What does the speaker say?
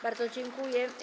Bardzo dziękuję.